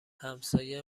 همسایه